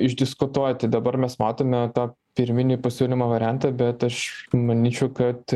išdiskutuoti dabar mes matome tą pirminį pasiūlymo variantą bet aš manyčiau kad